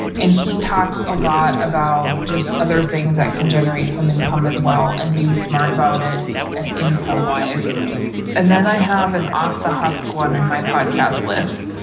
and he talks a lot about just other things that can generate some income as well and being smart about it ah income wise and then i have an off the husk one in my podcast list.